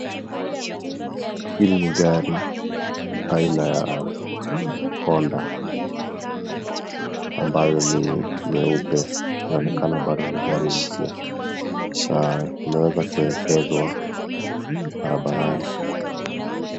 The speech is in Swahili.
Hili ni gari, aina ya Honda, ambayo ni nyeupe na inaonekana bado ni gari mpya. Na imeweza kuelekezwa barabarani.